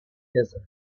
desert